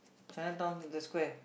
Chinatown the square